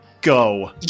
go